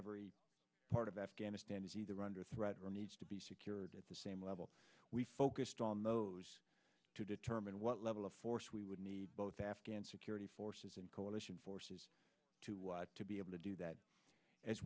every part of afghanistan is either under threat or needs to be secured at the same level we focused on those to determine what level of force we would need both afghan security forces and coalition forces to be able to do that as